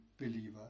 believer